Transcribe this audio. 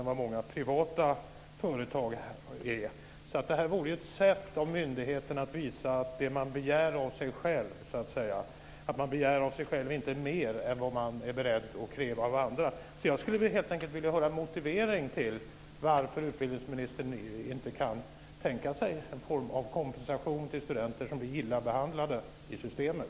Dessa avgifter är mycket högre än många privata företags avgifter. Myndigheten skulle på detta sätt kunna visa att det som man begär av sig själv inte är mindre än det som man är beredd att kräva av andra. Jag skulle helt enkelt vilja höra en motivering till att utbildningsministern inte kan tänka sig en form av kompensation till studenter som blir illa behandlade i systemet.